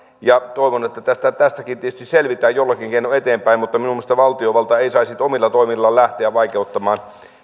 toivon että tästäkin tietysti selvitään jollakin keinoin eteenpäin mutta minun mielestäni valtiovalta ei saisi omilla toimillaan lähteä vaikeuttamaan